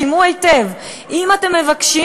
שמעו היטב: אם אתם מבקשים,